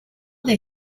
they